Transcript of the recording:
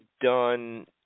done